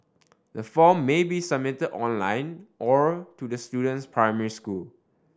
the form may be submitted online or to the student's primary school